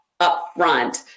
upfront